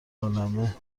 عالمه